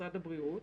השוואות.